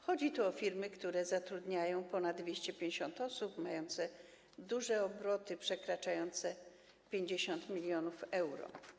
Chodzi tu o firmy, które zatrudniają ponad 250 osób i mają duże obroty, przekraczające 50 mln euro.